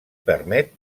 permet